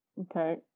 Okay